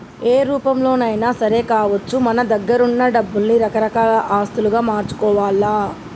ఏ రూపంలోనైనా సరే కావచ్చు మన దగ్గరున్న డబ్బుల్ని రకరకాల ఆస్తులుగా మార్చుకోవాల్ల